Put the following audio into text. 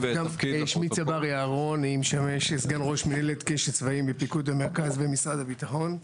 אני משמש כסגן ראש מנהלת קשת צבעים מפיקוד המרכז ומשרד הביטחון.